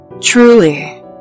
truly